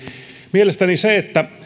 mielestäni